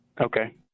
Okay